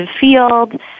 field